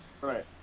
Right